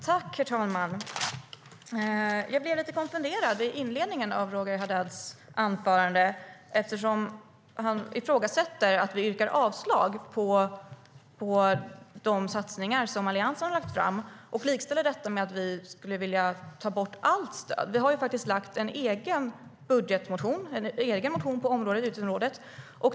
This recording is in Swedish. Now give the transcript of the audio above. Herr talman! Jag blev lite konfunderad när jag hörde inledningen av Roger Haddads anförande eftersom han ifrågasätter att vi yrkar avslag på de satsningar som Alliansen har lagt fram och likställer detta med att vi skulle vilja ta bort allt stöd. Vi har faktiskt väckt en egen motion på utgiftsområdet.